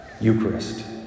Eucharist